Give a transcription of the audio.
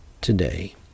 today